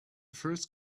first